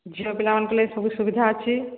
ଝିଅ ପିଲାମାନଙ୍କ ଲାଗି ସବୁ ସୁବିଧା ଅଛି